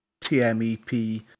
tmep